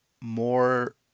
More